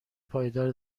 پایدار